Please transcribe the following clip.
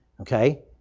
Okay